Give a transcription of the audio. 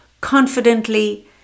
confidently